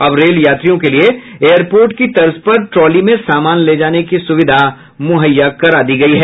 अब रेल यात्रियों के लिये एयरपोर्ट की तर्ज पर ट्रॉली में सामान ले जाने की सुविधा मुहैया करायी गयी है